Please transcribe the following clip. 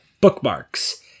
Bookmarks